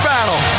Battle